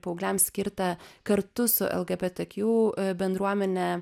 paaugliam skirtą kartu su lgbtkju bendruomene